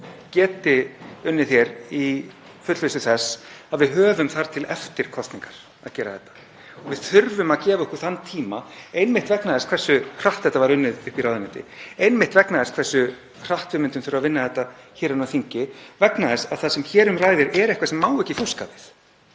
geti unnið hér í fullvissu þess að við höfum þar til eftir kosningar að gera þetta og við þurfum að gefa okkur þann tíma einmitt vegna þess hversu hratt þetta var unnið í ráðuneytinu, einmitt vegna þess hversu hratt við myndum þurfa að vinna þetta hér inni á þingi, vegna þess að það sem hér um ræðir er eitthvað sem má ekki fúska við.